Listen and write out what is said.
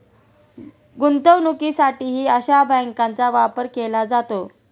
गुंतवणुकीसाठीही अशा बँकांचा वापर केला जातो